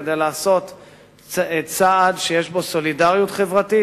כדי לעשות צעד שיש בו סולידריות חברתית